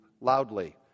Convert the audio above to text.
loudly